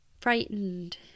frightened